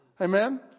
Amen